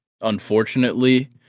unfortunately